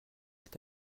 est